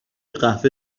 قهوه